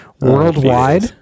Worldwide